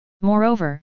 Moreover